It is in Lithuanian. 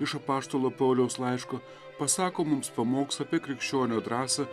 iš apaštalo pauliaus laiško pasako mums pamokslą apie krikščionio drąsa